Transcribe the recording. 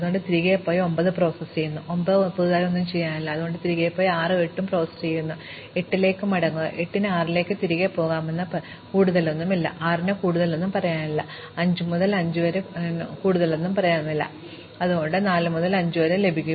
അതിനാൽ ഞങ്ങൾ തിരികെ പോയി 9 പ്രോസസ്സ് ചെയ്യുന്നു 9 ന് പുതിയതായി ഒന്നും പറയാനില്ല കാരണം 9 മറ്റ് അയൽവാസികളായ ഞങ്ങൾ 6 ഉം 8 ഉം ഇതിനകം തന്നെ ചെയ്യേണ്ടതുണ്ട് നിങ്ങൾ 8 ലേക്ക് മടങ്ങുക 8 ന് 6 ലേക്ക് തിരികെ പോകുമെന്ന് പറയാൻ കൂടുതലൊന്നുമില്ല 6 ന് കൂടുതലൊന്നും പറയാനില്ല 5 മുതൽ 5 വരെ 5 ലേക്ക് കൂടുതലൊന്നും പറയാനില്ല ഇപ്പോൾ ഞങ്ങൾ ഈ കാലഹരണപ്പെടൽ ആരംഭിക്കുമ്പോൾ നിങ്ങൾക്ക് 4 മുതൽ 5 വരെ ലഭിക്കും